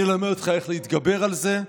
אני אלמד אותך איך להתגבר על זה.